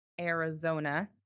Arizona